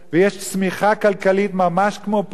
ויש צמיחה כלכלית ממש כמו פה.